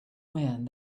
wind